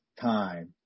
time